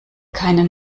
keinen